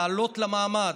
לעלות למעמד,